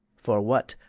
for what,